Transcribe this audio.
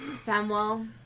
Samuel